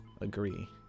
agree